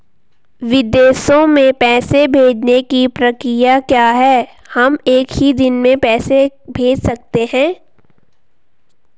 विदेशों में पैसे भेजने की प्रक्रिया क्या है हम एक ही दिन में पैसे भेज सकते हैं?